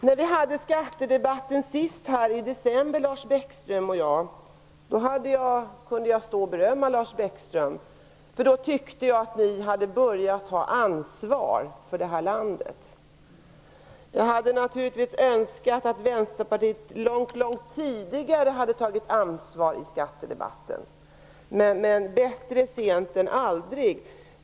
När Lars Bäckström och jag sist debatterade skattefrågor i december kunde jag berömma honom, för då tyckte jag att ni hade börjat att ta ansvar för det här landet. Jag hade naturligtvis önskat att Vänsterpartiet långt tidigare hade tagit ansvar på skatteområdet, men bättre sent än aldrig.